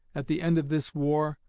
at the end of this war,